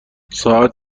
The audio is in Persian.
ساعت